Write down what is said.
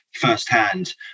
firsthand